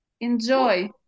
Enjoy